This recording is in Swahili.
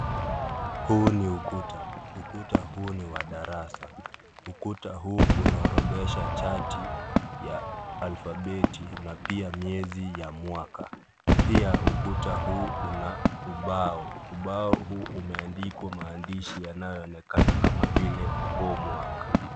Huu ni ukuta . Ukuta huu ni wa darasa . Ukuta huu unaorodhesha chati ya alfabeti na pia na pia miezi ya mwaka , pia ukuta huu una ubao . Ubao huu umeandikwa maandishi yanayoonekana kama vile homework .